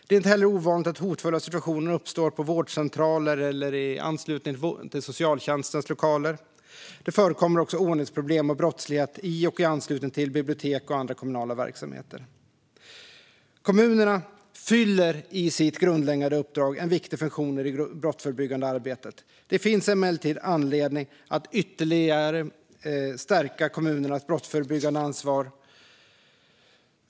Det är inte heller ovanligt att hotfulla situationer uppstår på vårdcentraler eller i anslutning till socialtjänstens lokaler. Det förekommer också ordningsproblem och brottslighet i och i anslutning till bibliotek och andra kommunala verksamheter. Kommunerna fyller i sitt grundläggande uppdrag en viktig funktion i det brottsförebyggande arbetet. Det finns emellertid anledning att ytterligare stärka kommunernas brottsförebyggande ansvar.